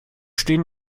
stehen